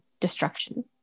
destruction